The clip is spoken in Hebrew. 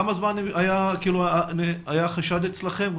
כמה זמן היה חשד אצלכם?